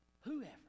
Whoever